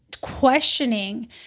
questioning